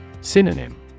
Synonym